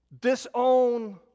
disown